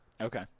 okay